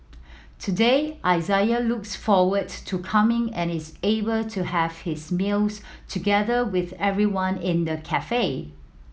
today Isaiah looks forwards to coming and is able to have his meals together with everyone in the cafe